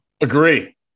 Agree